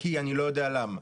כי אני לא יודע למה,